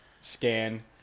scan